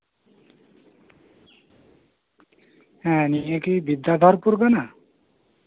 ᱦᱮᱸ ᱱᱤᱭᱟᱹ ᱠᱤ ᱵᱤᱫᱽᱫᱟᱫᱷᱚᱨᱯᱩᱨ ᱠᱟᱱᱟ